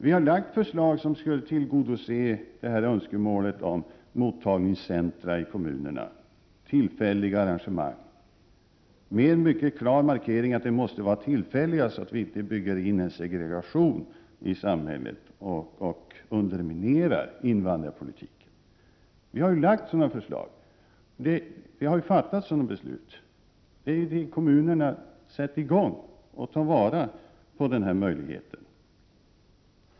Vi har framlagt förslag som skulle tillgodose önskemålet om mottagningscentra ute i kommunerna i form av tillfälliga arrangemang, och med en mycket klar markering om att det skall vara fråga om tillfälliga arrangemang så att vi inte bygger in en segregation i samhället och därmed underminerar invandrarpolitiken. Sådana förslag har regeringen framlagt, och man har fattat beslut. Det är kommunerna som skall sätta i gång och ta vara på den här möjligheten.